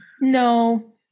No